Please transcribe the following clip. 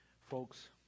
Folks